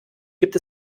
gibt